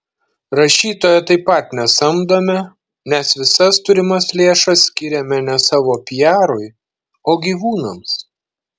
rašytojo taip pat nesamdome nes visas turimas lėšas skiriame ne savo piarui o gyvūnams